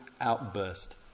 outburst